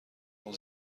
اون